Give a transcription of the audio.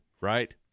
Right